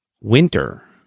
winter